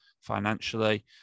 financially